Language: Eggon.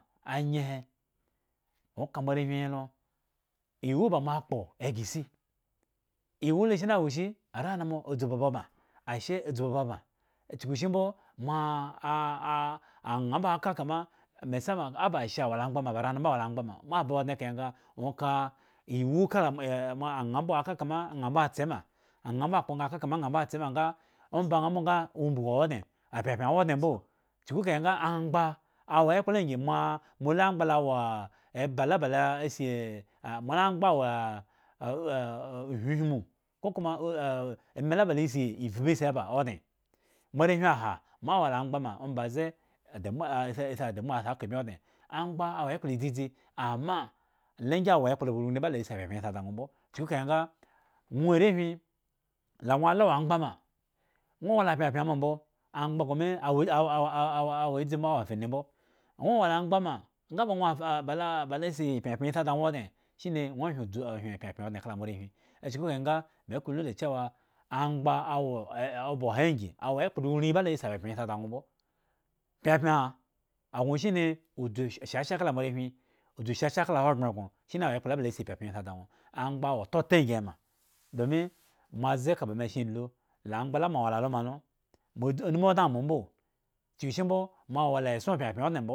Anyehe ŋwo ka moarehwin hilo iwu ba mo akpo eghre si, iwu lo shine wo ishi? Aranomo adzu ba obabaŋ. ashe adzu ba obadaŋ chukushimbo moa ah a aŋha mbo ka kama mesama oba ashe wola amgbama ba aranomombo wola amgba ma, moa ba odŋe kahe nga ŋwo ka iwu ka a aŋha mbo aka kama ŋha mbo atsema, aŋha mbo kpo aka kama ŋha mbo atsema nha omba ŋha mbo nga umbugu owo odŋe opyapyan wo mbo chuku kahe nga amgba awo ekpla angyi moh mola amgba lo wo eba la ba lo si ah mola amgba wo hwihmu kokoma ema la ba lo si ivhbu si aba odŋe, moarehwin aha moawola amgba ma ombaze adamuwa asi adamuwa si aka bmi odŋe, amgba awo ekplo dzidzi amalo angyi awo ekpla laba rurii la ba si pyapyan si ada ŋwo mbo, chuku kahe nga ŋwo arehwin la ŋwo lawo amgba ma ŋwo, wo la pyapyan ma mbo amgba gŋo mo awo adzi mbo awo afeni mbo, ah ŋwo wola amgba ma nga ba lo a balo af asi pyapyan asi da ŋwo odŋe shine ŋwo hyen dzu hyen pyapyan kala moarehwin chuku kahe nga me klolu dachew amgba awo oba oha angyi awo ekpla uri la ba si pyapyan ada ŋwo nbo, pyapyan agŋo shine udzu shasha kala moarehwin udzu shasha kala ahogbren gŋo shimi wo ekpla la bo lo si pyapyan si ada ŋwo amgba wo otata angyi ema domi moaze ka ba me sheŋ lu, amgba la mo awo la loma lo moanumu odŋe amo mbo, chuku shimbo moawo la eson pyapyan odŋe mbo.